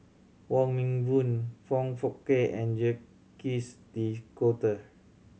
Wong Meng Voon Foong Fook Kay and Jacques De Coutre